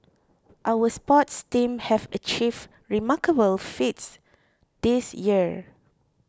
our sports teams have achieved remarkable feats this year